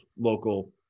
local